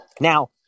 Now